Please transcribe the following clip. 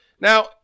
Now